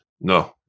No